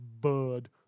bird